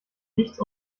nichts